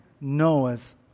Noah's